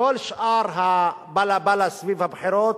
כל שאר הבלה-בלה סביב הבחירות,